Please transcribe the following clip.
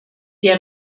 der